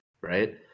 right